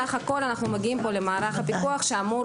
סך הכול אנחנו מגיעים פה למערך הפיקוח שאמור